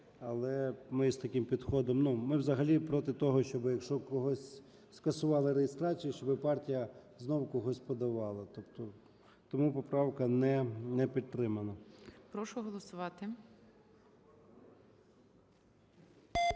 але ми з таким підходом, ну, ми взагалі проти того, щоби якщо когось... скасували реєстрацію, щоби партія знов когось подавала. Тобто, тому поправка не підтримана.